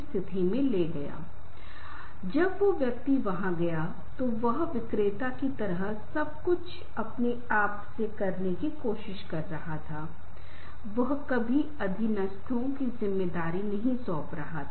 यदि आप बहुत सतर्क और जागरूक नहीं हैं तो हम अनावश्यक समस्याओं को आमंत्रित कर सकते हैं और हमें परस्पर विरोधी स्थितियों में डाल सकते हैं